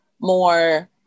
more